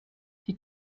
die